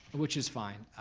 which is fine,